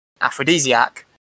aphrodisiac